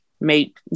make